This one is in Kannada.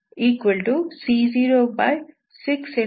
5c06